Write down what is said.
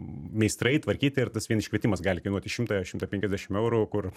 meistrai tvarkyti ir tas vien iškvietimas gali kainuoti šimtą šimtą penkiasdešimt eurų kur